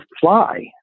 fly